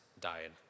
died